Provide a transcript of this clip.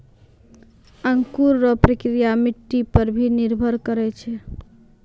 अंकुर रो प्रक्रिया मट्टी पर भी निर्भर करै छै